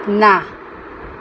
ના